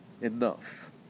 enough